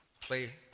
play